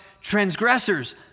transgressors